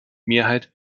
mehrheit